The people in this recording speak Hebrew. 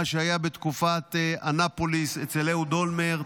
מה שהיה בתקופת אנאפוליס אצל אהוד אולמרט.